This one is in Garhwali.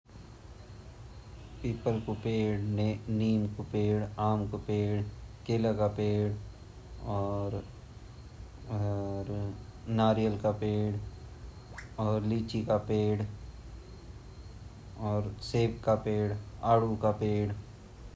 गढवाला जंगल मा भोत सुन्दर पेड़ वोन्दा जन बांज छिन बुरांस ची अर चीड़ ची छिन और क्वेलुगू पेड़ ची और खड्ग छिन केलाक छिन भोत सारा पेड़ छिन।